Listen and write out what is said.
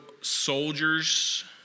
soldiers